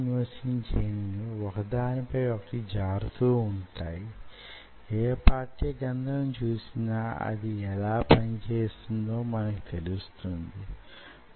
కలిసిన తరువాత ఇలా ఏకం అవుతాయి వాటి వ్యక్తిగత వునికిని కోల్పోతాయి ఈ విధంగా ఈ భాగాన్ని అవి కోల్పోతాయి